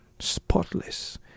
Spotless